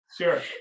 Sure